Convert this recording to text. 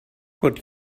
would